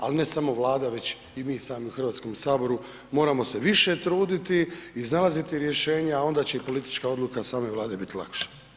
Ali ne samo Vlada, već i mi sami u Hrvatskom saboru moramo se više truditi, iznalaziti rješenja, a onda će i politička odluka same Vlade biti lakša.